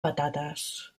patates